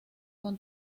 con